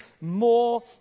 more